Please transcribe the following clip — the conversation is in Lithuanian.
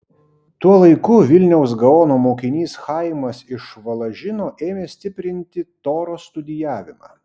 tuo laiku vilniaus gaono mokinys chaimas iš valažino ėmė stiprinti toros studijavimą